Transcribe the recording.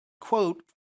quote